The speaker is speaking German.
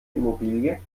immobilie